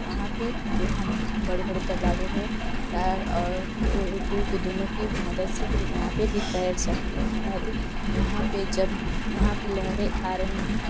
यहाँ पर तो हम बड़े बड़े तलाबों में टायर और ट्यूब के दोनों की मदद से हम वहाँ पर भी तैर सकते हैं यदि वहाँ पर जब वहाँ पर लहरे आ रही हैं